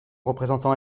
représentant